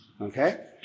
Okay